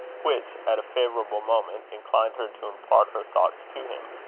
which, at a favourable moment, inclined her to impart her thoughts to him.